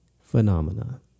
phenomena